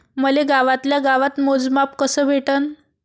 मले गावातल्या गावात मोजमाप कस भेटन?